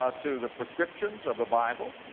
ah to the prescriptions of the bible.